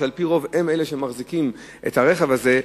שעל-פי רוב הם שמחזיקים את הרכב הזה,